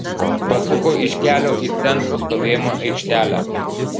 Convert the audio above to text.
pasuko iš kelio į centro stovėjimo aikštelę